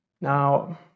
Now